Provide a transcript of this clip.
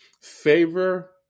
favor